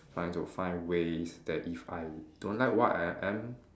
trying to find ways that if I don't like what I am